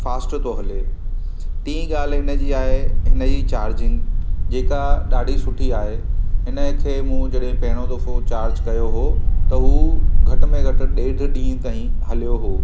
fast थो हले टीं ॻाल्हि हिन जी आहे हिन जी चार्जिंग जेका ॾाढी सुठी आहे हिन खे मूं जॾहिं पहिरियों दफ़ो चार्ज कयो हुओ त हूं घटि में घटि ॾेढ ॾींहं ताईं हलियो हुओ